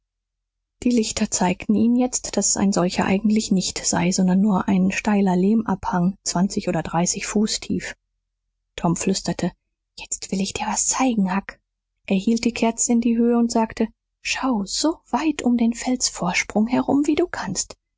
die lichter zeigten ihnen jetzt daß es ein solcher eigentlich nicht sei sondern nur ein steiler lehmabhang zwanzig oder dreißig fuß tief tom flüsterte jetzt will ich dir was zeigen huck er hielt die kerze in die höhe und sagte schau so weit um den felsvorsprung herum wie du kannst